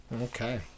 Okay